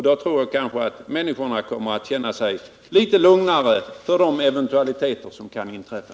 Då tror jag att människorna kanske kommer att känna sig litet lugnare för de eventualiteter som kan inträffa.